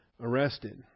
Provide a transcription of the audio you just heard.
arrested